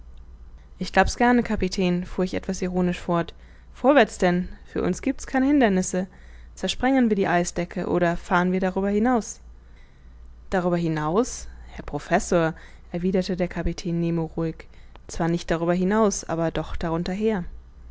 ich glaub's gerne kapitän fuhr ich etwas ironisch fort vorwärts denn für uns giebt's keine hindernisse zersprengen wir die eisdecke oder fahren wir darüber hinaus darüber hinaus herr professor erwiderte der kapitän nemo ruhig zwar nicht darüber hinaus aber doch darunter her